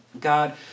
God